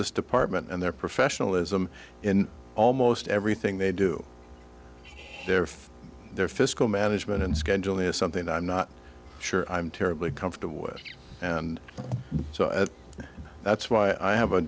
this department and their professionalism in almost everything they do there for their fiscal management and schedule is something i'm not sure i'm terribly comfortable with and so at that's why i have a